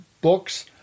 books